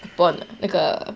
coupon ah 那个